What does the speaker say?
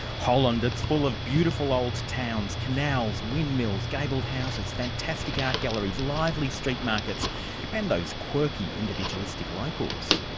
holland, it's full of beautiful old towns, canals, windmills, gabled houses, fantastic art galleries, lively street markets and those quirky, individualistic locals.